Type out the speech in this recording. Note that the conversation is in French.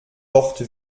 porte